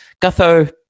Gutho